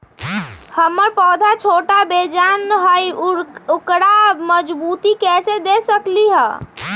हमर पौधा छोटा बेजान हई उकरा मजबूती कैसे दे सकली ह?